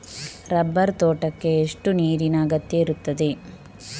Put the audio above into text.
Rubber ತೋಟಕ್ಕೆ ಎಷ್ಟು ನೀರಿನ ಅಗತ್ಯ ಇರುತ್ತದೆ?